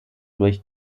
durch